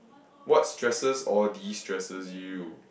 what stresses or destresses you